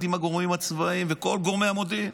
עם הגורמים הצבאיים ועם כל גורמי המודיעין.